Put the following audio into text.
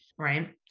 right